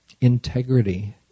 integrity